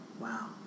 Wow